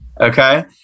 Okay